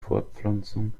fortpflanzung